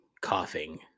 coughing